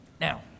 Now